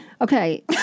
Okay